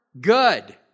good